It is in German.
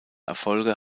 erfolge